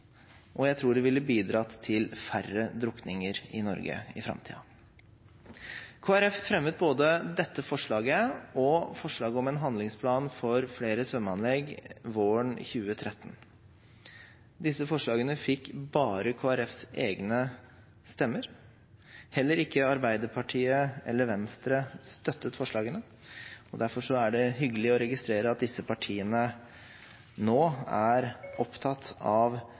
og jeg tror det ville bidratt til færre drukninger i Norge i framtiden. Kristelig Folkeparti fremmet både dette forslaget og forslag om en handlingsplan for flere svømmeanlegg, som ble behandlet våren 2013. Disse forslagene fikk bare Kristelig Folkepartis egne stemmer. Verken Arbeiderpartiet eller Venstre støttet forslagene. Derfor er det hyggelig å registrere at disse partiene nå er opptatt av